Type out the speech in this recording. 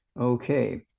Okay